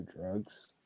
drugs